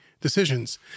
decisions